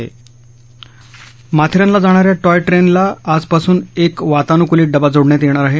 नेरळहून माथेरानला जाणाऱ्या टॉय ट्रेनला आजपासून एक वातानुकुलित डबा जोडण्यात येणार आहे